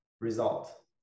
result